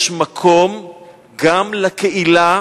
יש מקום גם לקהילה